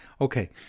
Okay